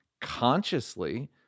consciously